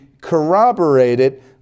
corroborated